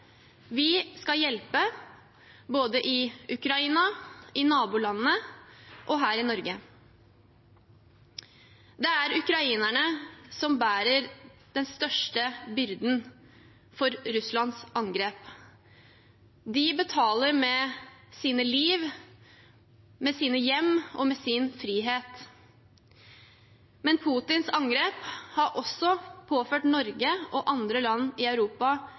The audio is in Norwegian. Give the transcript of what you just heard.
Vi skal hjelpe – både i Ukraina, i nabolandene og her i Norge. Det er ukrainerne som bærer den største byrden med Russlands angrep. De betaler med sitt liv, med sine hjem og med sin frihet. Men Putins angrep har også påført Norge og andre land i Europa